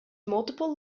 multiple